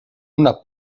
una